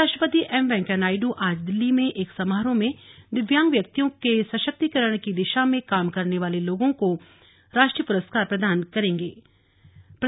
उपराष्ट्रपति एम वेंकैया नायडू आज दिल्ली में एक समारोह में दिव्यांग व्यक्तियों के सशक्तिकरण की दिशा में काम करने वाले लोगों को राष्ट्रीय पुरस्कार प्रदान किये